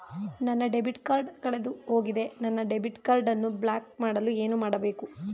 ನನ್ನ debit card ಕಳೆದುಹೋಗಿದೆ ನನ್ನ ಡೆಬಿಟ್ ಕಾರ್ಡ್ ಅನ್ನು ಬ್ಲಾಕ್ ಮಾಡಲು ಏನು ಮಾಡಬೇಕು?